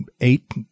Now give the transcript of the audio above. eight